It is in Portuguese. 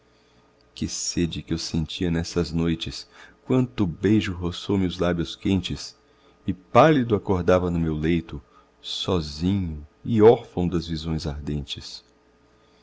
que sede que eu sentia nessas noites quanto beijo roçou me os lábios quentes e pálido acordava no meu leito sozinho e órfão das visões ardentes